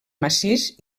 massís